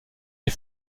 les